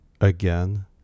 again